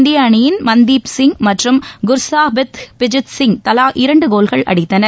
இந்திய அணியின் மன்தீப் சிங் மற்றும் குர்சாஹிப்பிஜித் சிங் தலா இரண்டு கோல்கள் அடித்தனர்